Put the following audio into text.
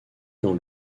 dans